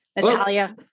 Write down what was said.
Natalia